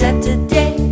Saturday